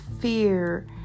fear